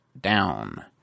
down